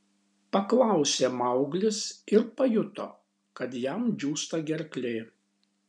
paklausė mauglis ir pajuto kad jam džiūsta gerklė